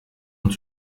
und